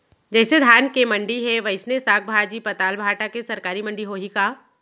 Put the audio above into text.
जइसे धान के मंडी हे, वइसने साग, भाजी, पताल, भाटा के सरकारी मंडी होही का?